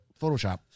Photoshop